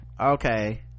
okay